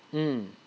mm